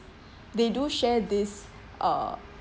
they do share this uh